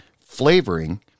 flavoring